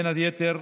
בין היתר,